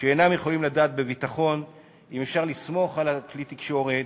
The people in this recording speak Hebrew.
שאינם יכולים לדעת בביטחון אם אפשר לסמוך על כלי התקשורת